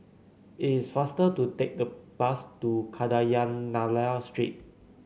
it is faster to take the bus to Kadayanallur Street